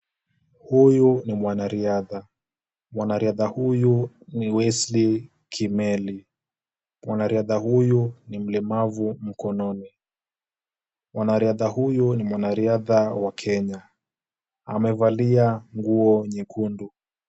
Huyu ni mwanariadha. Mwanariadha huyu ni Wesley Kimeli. Mwanariadha huyu ni mlemavu mkononi. Mwanariadha huyu ni mwanariadha wa Kenya, amevalia nguo nyekundu.